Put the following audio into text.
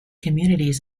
communities